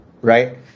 right